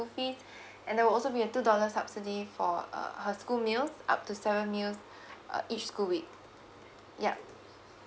fees and there will also be a two dollar subsidy for uh her school meals up to seven meals uh each school week ya